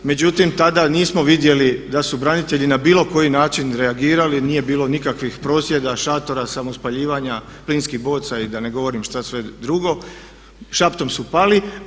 Međutim, tada nismo vidjeli da su branitelji na bilo koji način reagirali, nije bilo nikakvih prosvjeda, šatora, samospaljivanja plinskih boca i da ne govorim šta sve drugo, šaptom su pali.